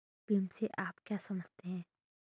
बीमा से आप क्या समझते हैं?